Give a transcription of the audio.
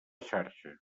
xarxa